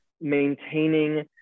maintaining